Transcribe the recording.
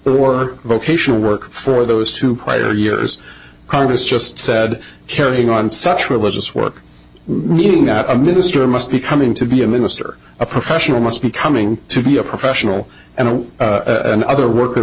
or vocational work for those two prior years congress just said carrying on such religious work reading out a minister must be coming to be a minister a professional must be coming to be a professional and other worker